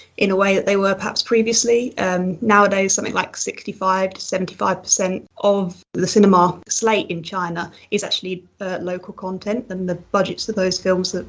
in a way that they were perhaps previously and nowadays, something like sixty five seventy five of the cinema slate in china, is actually local content, and the budgets of those films,